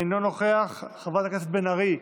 אינו נוכח, חברת הכנסת בן ארי,